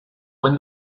when